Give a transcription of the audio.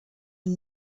and